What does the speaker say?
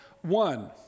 one